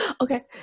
okay